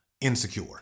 insecure